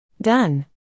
Done